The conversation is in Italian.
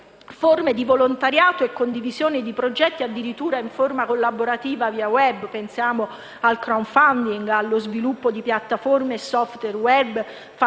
forme di volontariato e condivisione di progetti addirittura in forma collaborativa via *web* (pensate al *crowdfunding* o allo sviluppo di piattaforme *software web* fatte